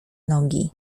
nogi